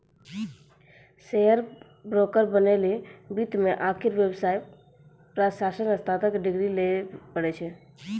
share broker बनै लेली वित्त मे आकि व्यवसाय प्रशासन मे स्नातक के डिग्री लिये पड़ै छै